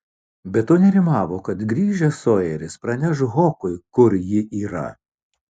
be to nerimavo kad grįžęs sojeris praneš hokui kur ji yra